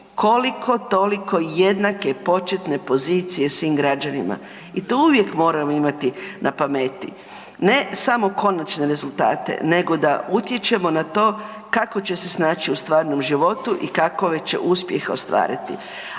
koliko-toliko jednake početne pozicije svim građanima i to uvijek moramo imati na pameti. Ne samo konačne rezultate, nego da utječemo na to kako će se snaći u stvarnom životu i kakove će uspjehe ostvariti,